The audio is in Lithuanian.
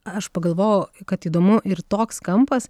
aš pagalvojau kad įdomu ir toks kampas